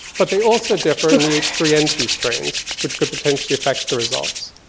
but they also differ in the h three n two strains, which could potentially affect the results.